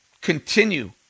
continue